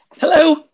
hello